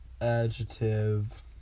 Adjective